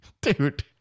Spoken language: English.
Dude